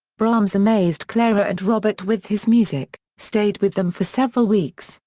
brahms amazed clara and robert with his music, stayed with them for several weeks,